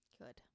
Good